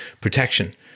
protection